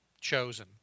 chosen